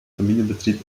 familienbetrieb